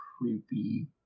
creepy